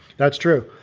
that's true.